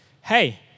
Hey